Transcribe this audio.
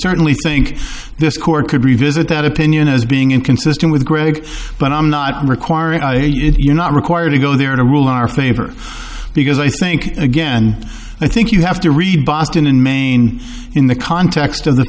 certainly think this court could revisit that opinion as being inconsistent with greg but i'm not requiring you not require to go there to rule in our favor because i think again i think you have to read boston in maine in the context of the